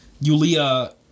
Yulia